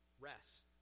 rest